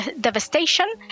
devastation